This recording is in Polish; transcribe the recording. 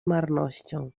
marnością